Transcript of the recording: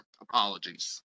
Apologies